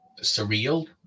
surreal